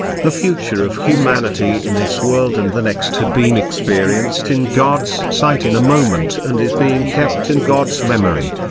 the future of humanity in this world and the next had been experienced in god's sight in a moment and is being kept in god's memory.